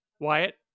Wyatt